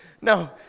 no